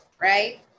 right